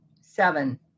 Seven